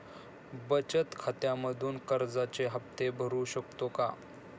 बचत खात्यामधून कर्जाचे हफ्ते भरू शकतो का?